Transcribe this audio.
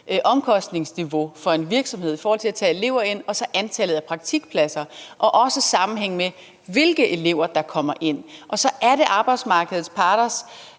omkostningsniveau for en virksomhed i forhold til at tage elever ind og antallet af praktikpladser, og der er også en sammenhæng med, hvilke elever der kommer ind. Og så er det arbejdsmarkedets parters